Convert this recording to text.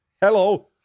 hello